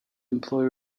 employ